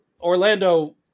orlando